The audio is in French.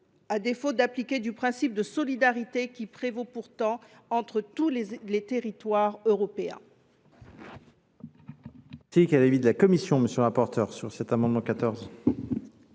à défaut d’appliquer le principe de solidarité qui prévaut pourtant entre tous les territoires européens.